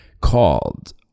called